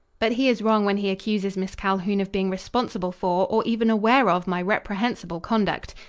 but he is wrong when he accuses miss calhoun of being responsible for or even aware of my reprehensible conduct.